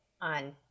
on